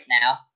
now